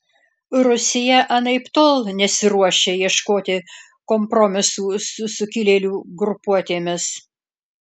rusija anaiptol nesiruošia ieškoti kompromisų su sukilėlių grupuotėmis